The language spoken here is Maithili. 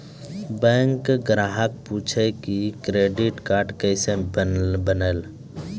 बैंक ग्राहक पुछी की क्रेडिट कार्ड केसे बनेल?